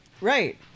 Right